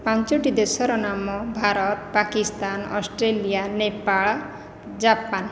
ପାଞ୍ଚୋଟି ଦେଶର ନାମ ଭାରତ ପାକିସ୍ତାନ ଅଷ୍ଟ୍ରେଲିଆ ନେପାଳ ଜାପାନ